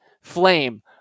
flame